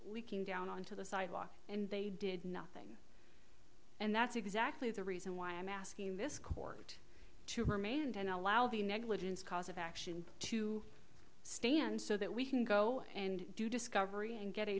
we came down onto the sidewalk and they did nothing and that's exactly the reason why i'm asking this court to remand and allow the negligence cause of action to stand so that we can go and do discovery and get a